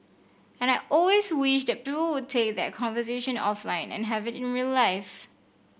and I always wish that people would take that conversation offline and have it in real life